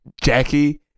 Jackie